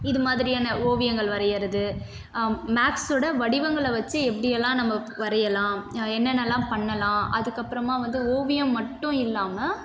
இது மாதிரியான ஓவியங்கள் வரைகிறது மேக்ஸ்ஸோட வடிவங்களை வைச்சி எப்படியெல்லாம் நம்ம வரையலாம் என்னென்னலாம் பண்ணலாம் அதுக்கப்புறமா வந்து ஓவியம் மட்டும் இல்லாமல்